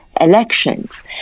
elections